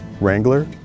Wrangler